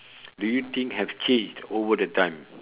do you think have changed over the time